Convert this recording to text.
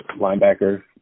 linebacker